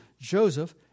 Joseph